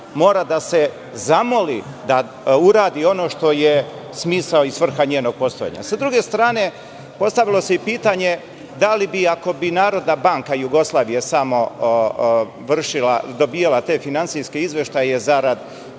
mora da se zamoli da uradi ono što je smisao i svrha njenog postojanja. Sa druge strane, postavilo se pitanje – da li bi, ako bi Narodna banka Jugoslavije vršila, dobijala te finansijske izveštaje zarad vođenja